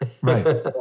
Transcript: Right